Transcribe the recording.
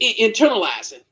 internalizing